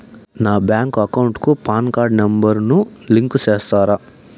నా bank account కు PAN card number ను లింకు సేస్తారా?